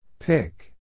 Pick